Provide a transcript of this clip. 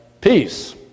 peace